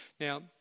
now